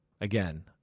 again